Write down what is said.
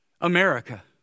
America